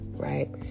right